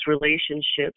relationships